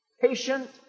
patient